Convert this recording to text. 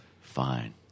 Fine